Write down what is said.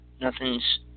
nothing's